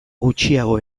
gutxiago